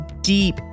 deep